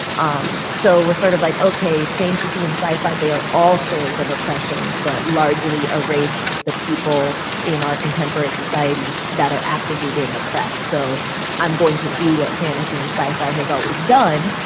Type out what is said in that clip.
um so with sort of like, ok, fantasy and sci-fi, they are all stories of oppression but largely a race the people in our contemporary society that are actively being oppressed. so i'm going to do what fantasy and sci-fi has always done.